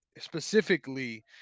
specifically